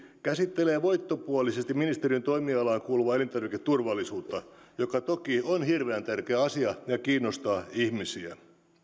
käsittelee voittopuolisesti ministeriön toimialaan kuuluvaa elintarviketurvallisuutta joka toki on hirveän tärkeä asia ja kiinnostaa ihmisiä